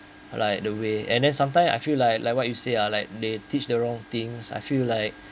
like the way and then sometimes I feel like like what you say uh like they teach the wrong things I feel like